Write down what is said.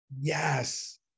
Yes